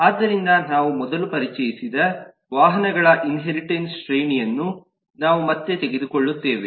ಆದ್ದರಿಂದ ನಾವು ಮೊದಲು ಪರಿಚಯಿಸಿದ ವಾಹನಗಳ ಇನ್ಹೆರಿಟೆನ್ಸ್ ಶ್ರೇಣಿಯನ್ನು ನಾವು ಮತ್ತೆ ತೆಗೆದುಕೊಳ್ಳುತ್ತೇವೆ